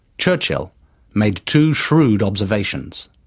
churchill made two shrewd observations.